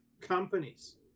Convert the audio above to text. companies